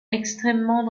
extrêmement